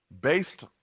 based